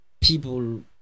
people